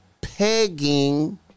pegging